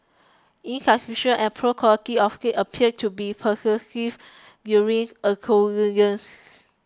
insufficient and poor quality of gate appear to be pervasive during